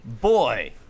Boy